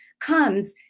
comes